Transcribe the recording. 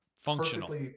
functional